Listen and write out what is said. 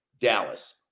Dallas